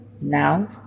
Now